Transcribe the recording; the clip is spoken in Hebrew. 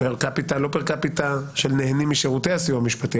לא פר קפיטה של נהנים משרותי הסיוע המשפטי,